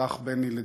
הלך בני לדרכו.